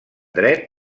dret